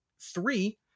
three